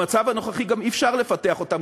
במצב הנוכחי גם אי-אפשר לפתח אותם,